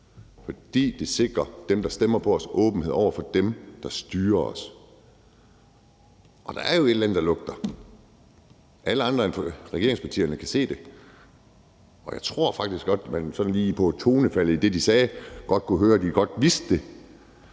fordi det sikrer dem, der stemmer på os, åbenhed over for dem, der styrer os. Og der er jo et eller andet, der lugter, og alle andre end regeringspartierne kan se det, jeg tror faktisk godt, man sådan lige på tonefaldet i det, de sagde, kunne høre, at de godt vidste det.